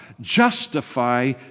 justify